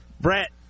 Brett